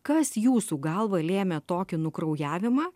kas jūsų galva lėmė tokį nukraujavimą